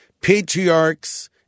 patriarchs